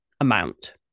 amount